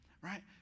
Right